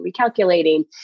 recalculating